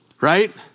right